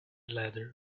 ladder